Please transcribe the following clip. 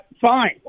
fine